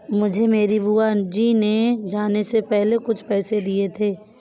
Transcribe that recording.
मुझे मेरी बुआ जी ने जाने से पहले कुछ पैसे दिए थे